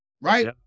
right